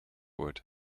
wood